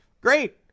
Great